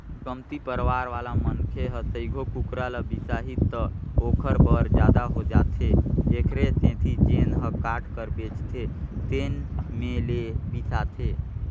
कमती परवार वाला मनखे ह सइघो कुकरा ल बिसाही त ओखर बर जादा हो जाथे एखरे सेती जेन ह काट कर बेचथे तेन में ले बिसाथे